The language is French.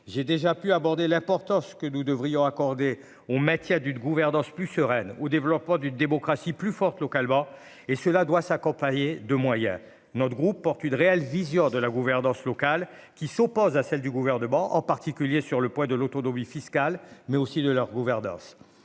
j'ai déjà pu aborder l'importance que nous devrions. Des on Mathias d'une gouvernance plus sereine au développement d'une démocratie plus forte localement et cela doit s'accompagner de moyens notre groupe porte une réelle vision de la gouvernance locale qui s'oppose à celle du gouvernement, en particulier sur le poids de l'autonomie fiscale mais aussi de leur gouvernance,